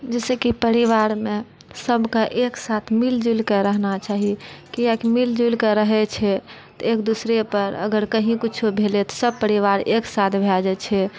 जैसे कि परिवारमे सभकेँ एक साथ मिल जुलिके रहना चाही किआकि मिल जुलि कऽ रहैत छै तऽ एक दूसरेपर अगर कहीँ कुछो भेलै तऽ सभ परिवार एक साथ भए जाइत छै